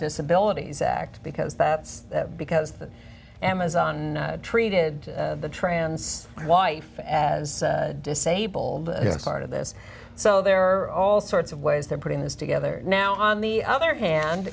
disabilities act because that's because the amazon treated the trans wife as disabled part of this so there are all sorts of ways they're putting this together now on the other hand